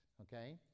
okay